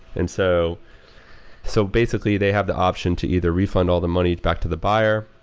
and so so basically they have the option to either refund all the money back to the buyer,